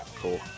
cool